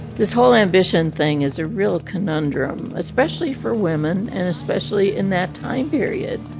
this whole ambition thing is a real conundrum, especially for women and especially in that time period.